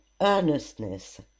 earnestness